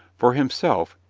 for himself,